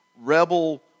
rebel